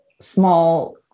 small